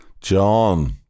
John